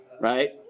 right